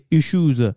issues